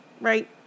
right